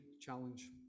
challenge